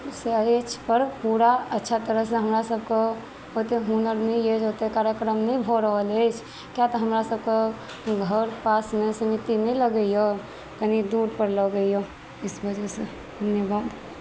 अछि पूरा अच्छा तरहसँ हमरा सभके ओते हुनर नहि अछि ओते कार्यक्रम नहि भऽ रहल अछि किए तऽ हमरा सभके घर पासमे समिति नहि लगैया कनि दूर पर लगैयऽ इस वजहसँ धन्यवाद